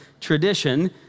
tradition